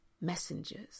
messengers